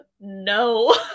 no